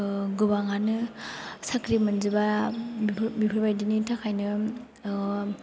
गोबाङानो साख्रि मोनजोबा बेफोर बायदिनि थाखायनो